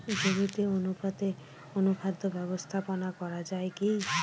জমিতে অনুপাতে অনুখাদ্য ব্যবস্থাপনা করা য়ায় কি?